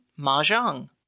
Mahjong